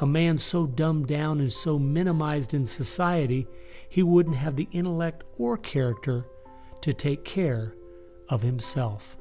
a man so dumbed down is so minimized in society he wouldn't have the intellect or character to take care of himself